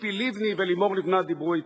ציפי לבני ולימור לבנת דיברו אתה.